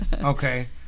Okay